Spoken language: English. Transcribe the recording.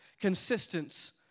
Consistence